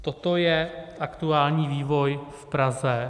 Toto je aktuální vývoj v Praze .